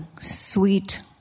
sweet